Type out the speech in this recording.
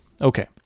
Okay